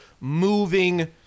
moving